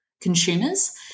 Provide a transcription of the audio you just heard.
consumers